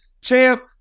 champ